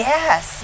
Yes